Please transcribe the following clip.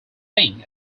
thing